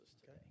today